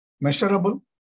measurable